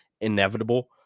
inevitable